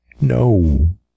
No